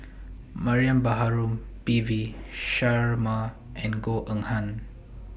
Mariam Baharom P V Sharma and Goh Eng Han